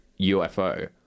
UFO